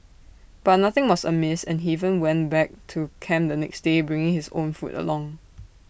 but nothing was amiss and he even went back to camp the next day bringing his own food along